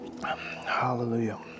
Hallelujah